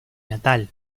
natal